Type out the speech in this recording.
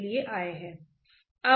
इसे शरीर बल कहते हैं